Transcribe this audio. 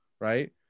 right